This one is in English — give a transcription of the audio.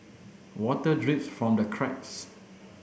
water drips from the cracks